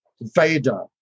Vader